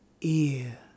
ear